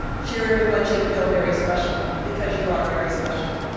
sharon, we want you to feel very special because you are very special.